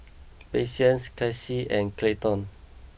Patience Kasey and Clayton